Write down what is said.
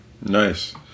Nice